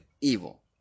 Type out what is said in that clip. evil